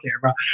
camera